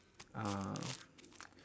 uh